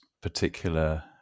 particular